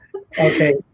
Okay